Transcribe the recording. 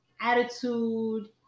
Attitude